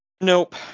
Nope